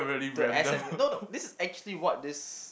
to S_M_U no no this is actually what this